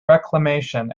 reclamation